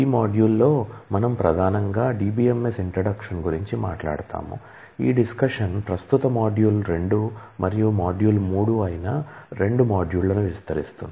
ఈ మాడ్యూల్లో మనం ప్రధానంగా DBMS ఇంట్రడక్షన్ ప్రస్తుత మాడ్యూల్ 2 మరియు మాడ్యూల్ 3 అయిన రెండు మాడ్యూళ్ళను విస్తరిస్తుంది